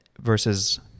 Versus